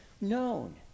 known